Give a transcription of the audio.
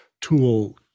tool